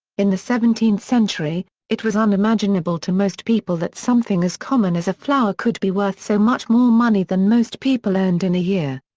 in the seventeenth century, it was unimaginable to most people that something as common as a flower could be worth so much more money than most people earned in a year.